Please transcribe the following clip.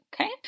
okay